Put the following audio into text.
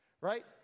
right